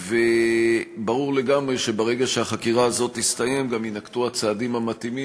ברור לגמרי שברגע שהחקירה הזו תסתיים גם יינקטו הצעדים המתאימים,